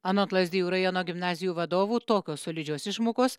anot lazdijų rajono gimnazijų vadovų tokios solidžios išmokos